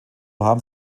haben